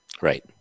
Right